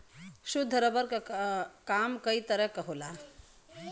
शुद्ध रबर क काम कई तरे क होला